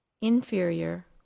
inferior